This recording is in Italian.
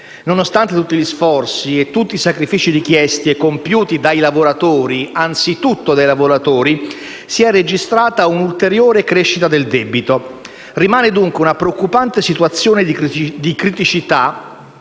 Nonostante tutti gli sforzi e i sacrifici richiesti e compiuti dai lavoratori - anzitutto dai lavoratori - si è registrata un'ulteriore crescita del debito. Rimane, dunque, una preoccupante situazione di criticità